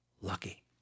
lucky